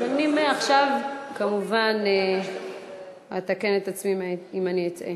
אז מעכשיו כמובן אתקן את עצמי אם אני אטעה.